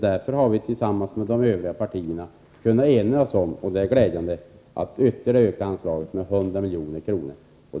Därför har vi tillsammans med de övriga partierna Nr 157 enats om — och det är glädjande — att öka anslaget med ytterligare 100 milj. Tisdagen den kr.